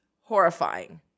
horrifying